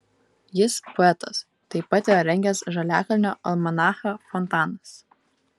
jis poetas taip pat yra rengęs žaliakalnio almanachą fontanas